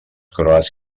croats